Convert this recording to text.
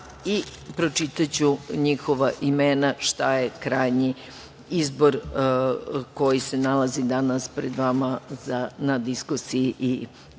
vama. Pročitaću njihova imena, šta je krajnji izbor koji se nalazi danas pred vama na diskusiji i glasanju.